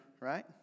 right